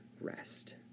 rest